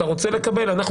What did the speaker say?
אתה רוצה לקבל?